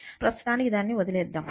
ప్రస్తుతానికి దానిని వదిలేద్దాం